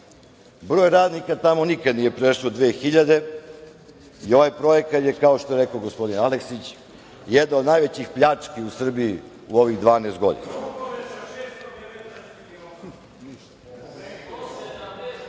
Broj radnika tamo nikada nije prešao dve hiljade i ovaj projekat je, kao što je rekao gospodin Aleksić, jedna od najvećih pljački u Srbiji u ovih 12 godina. Samo